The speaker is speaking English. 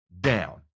down